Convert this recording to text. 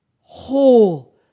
whole